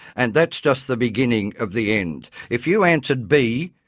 and that's just the beginning of the end! if you answered b,